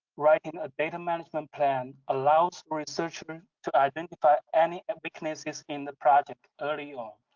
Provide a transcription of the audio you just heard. writing a data management plan allows researchers to identify any weaknesses in the project early on.